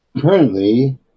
Currently